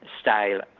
style